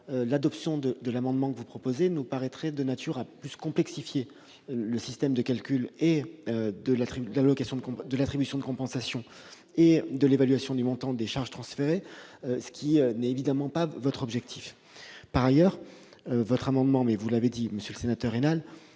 l'adoption de l'amendement que vous proposez nous paraîtrait de nature à complexifier le système de calcul de l'attribution de compensation et celui de l'évaluation du montant des charges transférées, ce qui n'est évidemment pas votre objectif. Par ailleurs, vous l'avez dit, monsieur le sénateur Raynal,